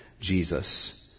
Jesus